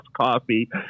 coffee